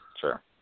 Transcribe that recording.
sure